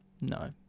no